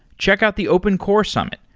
check out the open core summit,